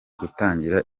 gutangira